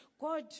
God